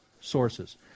sources